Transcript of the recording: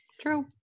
True